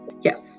Yes